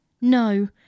no